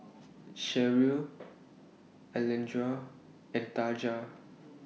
Sherrill Alondra and Taja